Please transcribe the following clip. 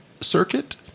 circuit